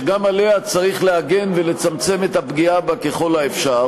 שגם עליה צריך להגן ולצמצם את הפגיעה בה ככל האפשר,